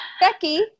Becky